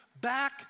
back